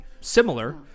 similar